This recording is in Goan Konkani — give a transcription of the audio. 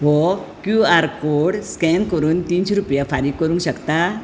हो क्यू आर कोड स्केन करून तिनशीं रुपया फारीक करूंक शकता